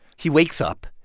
he wakes up.